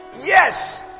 yes